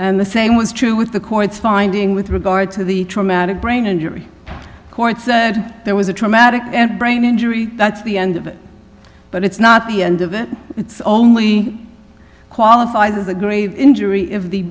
and the same was true with the court's finding with regard to the traumatic brain injury and there was a traumatic brain injury that's the end of it but it's not the end of it it's only qualifies as a grave injury if the